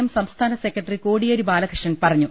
M സംസ്ഥാന secretary Kodiyeri Balakrishnan പറഞ്ഞു